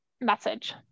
message